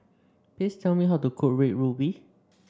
please tell me how to cook Red Ruby